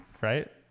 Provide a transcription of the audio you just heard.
Right